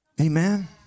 Amen